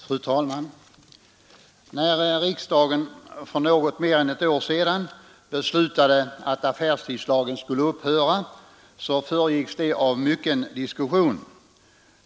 Fru talman! När riksdagen för något mer än ett år sedan beslutade att affärstidslagen skulle upphöra föregicks detta av mycken diskussion.